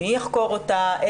מי יחקור אותה,